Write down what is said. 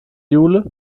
jule